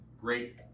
great